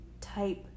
type